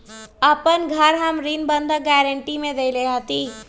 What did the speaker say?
अपन घर हम ऋण बंधक गरान्टी में देले हती